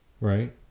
right